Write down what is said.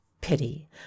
pity